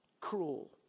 Cruel